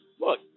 Look